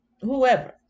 whoever